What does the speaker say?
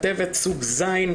כתבת סוג ז',